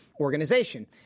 organization